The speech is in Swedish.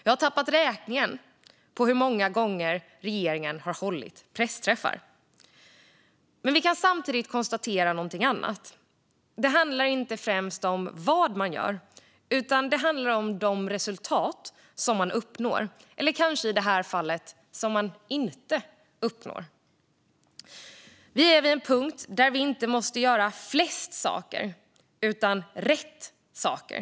Jag har tappat räkningen på hur många gånger regeringen har hållit pressträffar. Men vi kan samtidigt konstatera någonting annat: Det handlar inte främst om vad man gör, utan det handlar om de resultat som man uppnår - eller kanske i det här fallet, som man inte uppnår. Vi är vid en punkt där vi inte måste göra flest saker utan rätt saker.